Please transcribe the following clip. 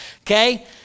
okay